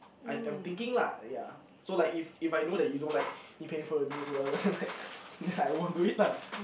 I think~ I'm thinking lah ya so like if if I know that you don't like me paying for your meals whatever then like then I won't do it lah